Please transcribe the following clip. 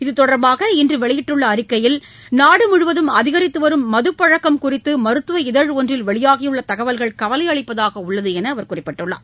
இக தொடர்பாக இன்று வெளியிட்டுள்ள அறிக்கையில் நாடுமுழுவதும் அதிகரித்துவரும் மதுப்பழக்கம் குறித்து மருத்துவ இதழ் ஒன்றில் வெளியாகி உள்ள தகவல்கள் கவலை அளிப்பதாக உள்ளது என்று குறிப்பிட்டுள்ளார்